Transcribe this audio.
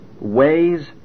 ways